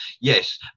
Yes